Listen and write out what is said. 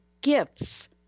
Gifts